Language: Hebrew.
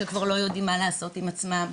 שכבר לא יודעם מה לעשות עם עצמם.